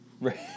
Right